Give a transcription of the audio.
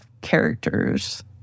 characters